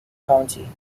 county